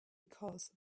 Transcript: because